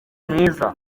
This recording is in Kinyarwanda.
mwiza